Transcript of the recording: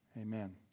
Amen